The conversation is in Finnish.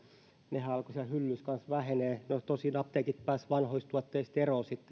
nehän alkoivat hyllyissä vähenemään tosin apteekit pääsivät vanhoista tuotteista eroon